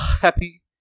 happy